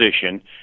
position